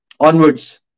onwards